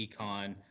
econ